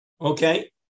Okay